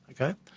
Okay